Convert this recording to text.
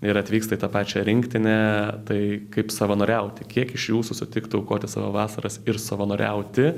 ir atvyksta į tą pačią rinktinę tai kaip savanoriauti kiek iš jūsų sutiktų aukoti savo vasaras ir savanoriauti